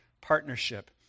partnership